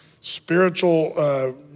spiritual